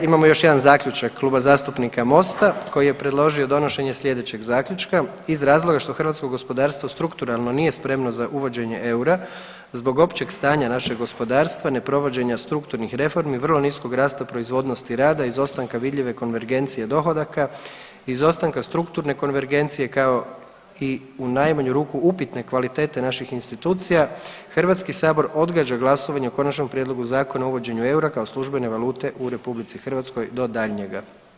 Imamo još jedan zaključak Kluba zastupnika MOST-a koji je predložio donošenje sljedećeg zaključka iz razloga što hrvatsko gospodarstvo strukturalno nije spremno za uvođenje eura zbog općeg stanja našeg gospodarstva, neprovođenja strukturnih reformi, vrlo niskog rasta proizvodnosti rada, izostanka vidljive konvergencije dohodaka, izostanka strukturne konvergencije kao i u najmanju ruku upitne kvalitete naših institucija Hrvatski sabor odgađa glasovanje o Konačnom prijedlogu zakona o uvođenju eura kao službene valute u Republici Hrvatskoj do daljnjega.